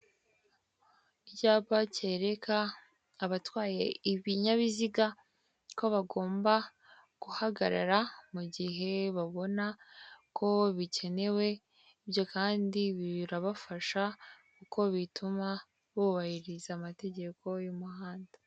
Icyapa cyereka abatwaye ibinyabiziga ko bagomba guhagarara mu gihe babona ko bikenewe, ibyo kandi birabafasha kuko bituma bubahiriza amategeko y'umuhanda.